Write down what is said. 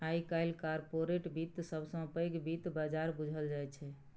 आइ काल्हि कारपोरेट बित्त सबसँ पैघ बित्त बजार बुझल जाइ छै